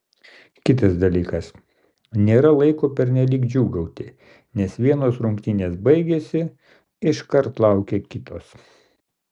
kitas dalykas nėra laiko pernelyg džiūgauti nes vienos rungtynės baigėsi iškart laukia kitos